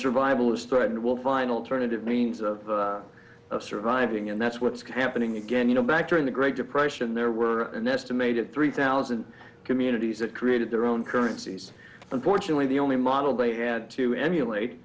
survival is threatened will finally turn and it means of surviving and that's what's happening again you know back during the great depression there were an estimated three thousand communities that created their own currencies unfortunately the only model they had to emulate